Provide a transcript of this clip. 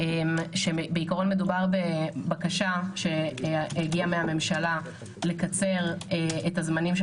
בעיקרון מדובר בבקשה שהגיעה מהממשלה לקצר את הזמנים של